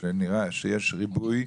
שנראה שיש ריבוי,